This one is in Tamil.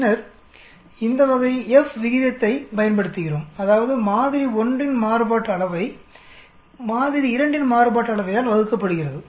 பின்னர் இந்த வகை F விகிதத்தைப் பயன்படுத்துகிறோம் அதாவது மாதிரி 1 இன் மாறுபாட்டு அளவை மாதிரி 2 இன் மாறுபாட்டு அளவையால் வகுக்கப்படுகிறது